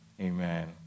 amen